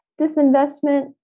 Disinvestment